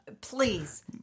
Please